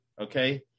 okay